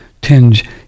tinge